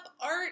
art